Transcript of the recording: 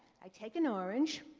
i take an orange,